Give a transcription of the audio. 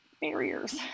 barriers